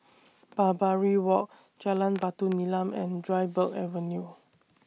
Barbary Walk Jalan Batu Nilam and Dryburgh Avenue